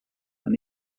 and